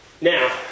Now